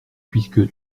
puisque